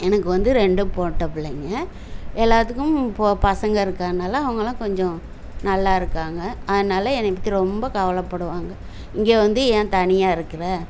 எனக்கு வந்து ரெண்டும் பொட்டைப் பிள்ளைங்க எல்லாத்துக்கும் போ பசங்க இருக்கறனால் அவங்கலாம் கொஞ்சம் நல்லா இருக்காங்க அதனால் என்னைப் பற்றி ரொம்ப கவலைப்படுவாங்க இங்கே வந்து ஏன் தனியாக இருக்கிற